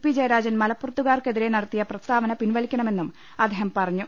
P Jayarajan മലപ്പുറത്തുകാർക്കെതിരെ നടത്തിയ പ്രസ്താവന പിൻവലിക്ക ണമെന്നും അദ്ദേഹം പറഞ്ഞു